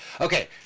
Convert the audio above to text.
Okay